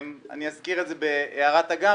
אני אזכיר בהערת אגב,